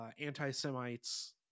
anti-Semites